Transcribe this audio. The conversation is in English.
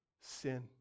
Sin